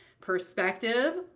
perspective